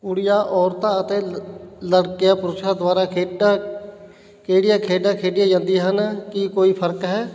ਕੁੜੀਆ ਔਰਤਾਂ ਅਤੇ ਲੜਕਿਆਂ ਪੁਰਸ਼ਾਂ ਦੁਆਰਾ ਖੇਡਾਂ ਕਿਹੜੀਆਂ ਖੇਡਾਂ ਖੇਡੀਆਂ ਜਾਂਦੀਆਂ ਹਨ ਕੀ ਕੋਈ ਫ਼ਰਕ ਹੈ